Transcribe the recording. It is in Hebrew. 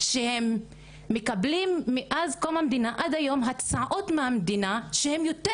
שהם מקבלים מאז קום המדינה ועד היום הצעות מהמדינה שהן יותר